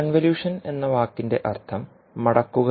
convolution എന്ന വാക്കിന്റെ അർത്ഥം മടക്കുക